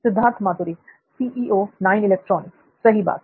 सिद्धार्थ मातुरी सही बात